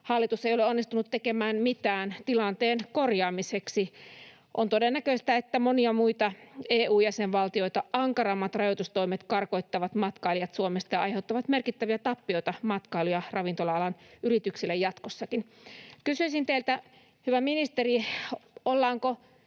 hallitus ei ole onnistunut tekemään mitään tilanteen korjaamiseksi. On todennäköistä, että monia muita EU-jäsenvaltioita ankarammat rajoitustoimet karkottavat matkailijat Suomesta ja aiheuttavat merkittäviä tappioita matkailu‑ ja ravintola-alan yrityksille jatkossakin. Kysyisin teiltä, hyvä ministeri: ollaanko